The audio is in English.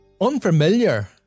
unfamiliar